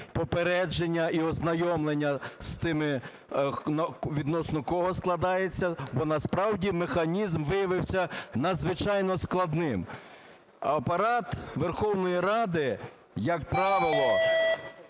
попередження і ознайомлення з тими, відносно кого складається, бо насправді механізм виявився надзвичайно складним. Апарат Верховної Ради як правило